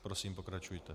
Prosím, pokračujte.